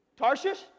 Tarshish